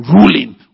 ruling